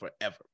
forever